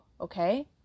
okay